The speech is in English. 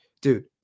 dude